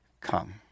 come